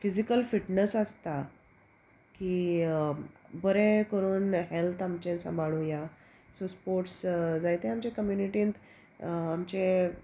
physical fitness आसता की बरें करून हेल्थ आमचे सांबाळुया सो स्पोर्ट्स जायते आमच्या कम्युनिटींत आमचे